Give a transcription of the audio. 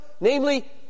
Namely